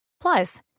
Plus